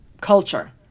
culture